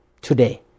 today